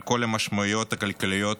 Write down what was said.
על כל המשמעויות הכלכליות